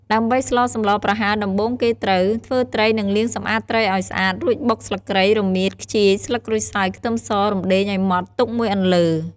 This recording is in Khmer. ដើម្បីស្លសម្លប្រហើរដំបូងគេត្រូវ ធ្វើត្រីនិងលាងសម្អាតត្រីឱ្យស្អាត រួចបុក ស្លឺកគ្រៃ រមៀត ខ្ជាយ ស្លឹកក្រូចសើច ខ្ទឹមស រំដេងឱ្យម៉ដ្ឋទុកមួយអន្លើ។